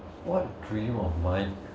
what dream of mine